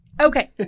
Okay